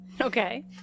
Okay